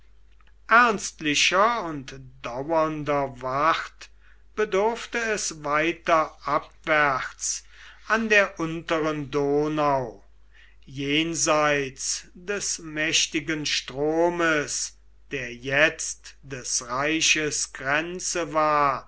ernstlicher und dauernder wacht bedurfte es weiter abwärts an der unteren donau jenseits des mächtigen stromes der jetzt des reiches grenze war